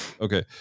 okay